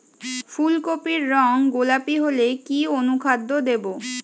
ফুল কপির রং গোলাপী হলে কি অনুখাদ্য দেবো?